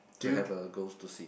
to have a goes to see